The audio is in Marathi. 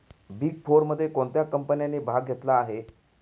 बिग फोरमध्ये कोणत्या कंपन्यांनी भाग घेतला आहे?